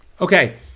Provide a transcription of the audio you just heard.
Okay